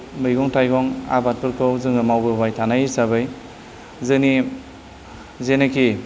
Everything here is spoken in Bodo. मैगं थाइगं आबादफोरखौ जोङो मावबोबाय थानाय हिसाबै जोंनि जेनोखि